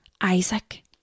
Isaac